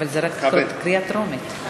זו רק קריאה טרומית.